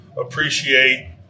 appreciate